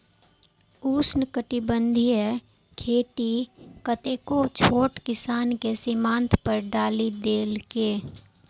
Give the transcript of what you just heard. उष्णकटिबंधीय खेती कतेको छोट किसान कें सीमांत पर डालि देलकै